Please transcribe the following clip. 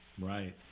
Right